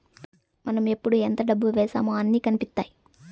మనం ఎప్పుడు ఎంత డబ్బు వేశామో అన్ని కనిపిత్తాయి